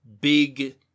big